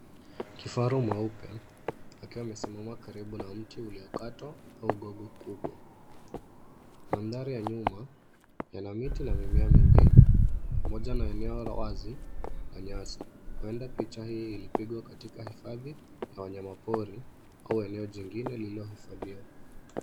Kifaru mweupe akiwa amesimama karibu na mti uliokatwa au gogo kubwa. Mandhari ya nyuma yana miti na mimea mengine pamoja na eneo wazi la nyasi huenda picha hii ilipigwa katika hifadhi ya wanyamapori au eneo jingine lililohifadhiwa.